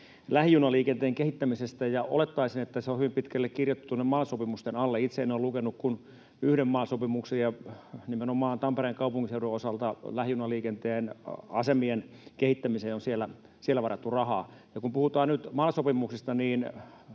lähijunaliikenteen kehittämisestä, ja olettaisin, että se on hyvin pitkälle kirjoitettuna MAL-sopimusten alle. Itse en ole lukenut kuin yhden MAL-sopimuksen ja nimenomaan Tampereen kaupunkiseudun osalta lähijunaliikenteen asemien kehittämiseen on siellä varattu rahaa. Ja kun puhutaan nyt MAL-sopimuksista,